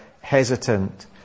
hesitant